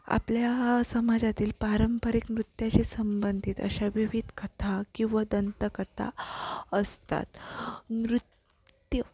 आपल्या समाजातील पारंपरिक नृत्याशी संबंधित अशा विविध कथा किंवा दंतकथा असतात नृत्य